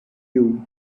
you